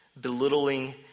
belittling